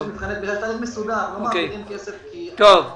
זה תהליך מסודר, לא מעבירים כסף --- טוב.